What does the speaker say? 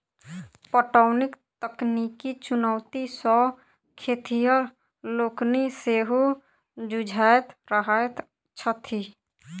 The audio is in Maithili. पटौनीक तकनीकी चुनौती सॅ खेतिहर लोकनि सेहो जुझैत रहैत छथि